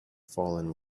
fallen